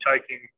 taking